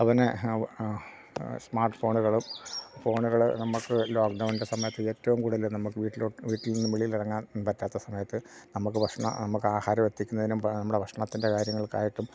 അവനെ സ്മാർട്ട് ഫോണുകളും ഫോണുക ൾ നമുക്ക് ലോക്ഡൗണിൻ്റെ സമയത്ത് ഏറ്റവും കൂടുതൽ നമുക്ക് വീട്ടില വീട്ടിൽ നിന്ന് വെളിയിലിറങ്ങാൻ പറ്റാത്ത സമയത്ത് നമുക്ക് ഭക്ഷണം നമുക്ക് ആഹാരം എത്തിക്കുന്നതിനും നമ്മുടെ ഭക്ഷണത്തിൻ്റെ കാര്യങ്ങൾക്കായിട്ടും